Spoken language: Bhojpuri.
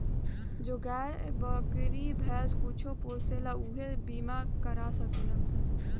जे गाय, बकरी, भैंस कुछो पोसेला ऊ इ बीमा करा सकेलन सन